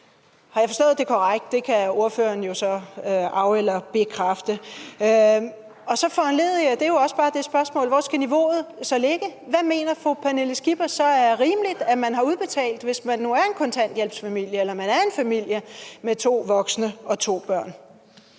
Har jeg forstået det korrekt? Det kan ordføreren så af- eller bekræfte. Det foranlediger jo så spørgsmålet, hvor niveauet så skal ligge. Hvad mener fru Pernille Skipper er rimeligt man får udbetalt, hvis man nu er en kontanthjælpsfamilie eller man er en familie med to voksne og to børn?